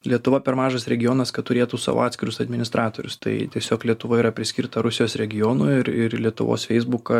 lietuva per mažas regionas kad turėtų savo atskirus administratorius tai tiesiog lietuva yra priskirta rusijos regionui ir ir lietuvos feisbuką